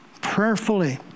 Prayerfully